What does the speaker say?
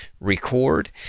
record